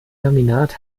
laminat